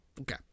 Okay